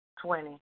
twenty